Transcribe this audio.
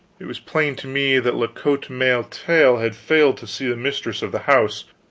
it was plain to me that la cote male taile had failed to see the mistress of the house.